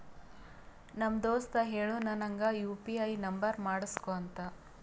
ನಮ್ ದೋಸ್ತ ಹೇಳುನು ನಂಗ್ ಯು ಪಿ ಐ ನುಂಬರ್ ಮಾಡುಸ್ಗೊ ಅಂತ